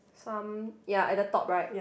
some ya at the top right